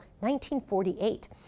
1948